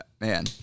man